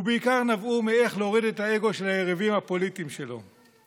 ובעיקר נבעו מאיך להוריד את האגו של היריבים הפוליטיים שלו.